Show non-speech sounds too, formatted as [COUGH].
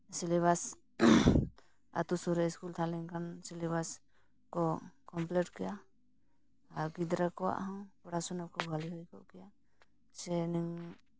syllabus ᱟᱹᱛᱩ ᱥᱩᱨ ᱨᱮ ᱥᱠᱩᱞ ᱛᱟᱦᱮᱸ ᱞᱮᱱᱠᱷᱟᱱ ᱥᱤᱞᱮᱵᱟᱥ ᱠᱚ ᱠᱚᱢᱯᱞᱤᱴ ᱠᱮᱭᱟ ᱟᱨ ᱜᱤᱫᱽᱨᱟᱹ ᱠᱚᱣᱟᱜ ᱦᱚᱸ ᱯᱚᱲᱟ ᱥᱳᱱᱟ ᱠᱚ ᱵᱷᱟᱹᱞᱤ ᱦᱩᱭ ᱠᱚᱠ ᱠᱮᱭᱟ ᱥᱮ [UNINTELLIGIBLE]